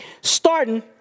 starting